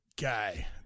guy